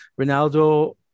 Ronaldo